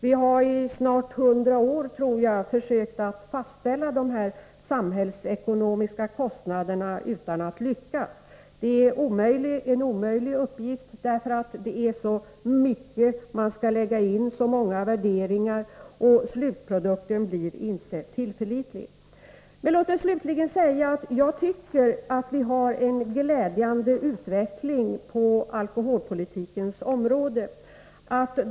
Vi har i snart 100 år, tror jag, försökt fastställa dessa samhällsekonomiska kostnader utan att lyckas. Det är en omöjlig uppgift, därför att det är så många faktorer och värderingar som skall vägas in. Låt mig slutligen säga att jag tycker att vi har en glädjande utveckling på alkoholpolitikens område.